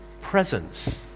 presence